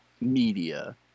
media